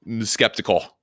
skeptical